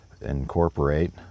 incorporate